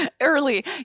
early